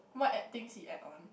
what add things he add on